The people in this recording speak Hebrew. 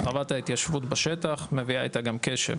רמת ההתיישבות בשטח מביאה איתה גם קשב